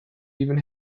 even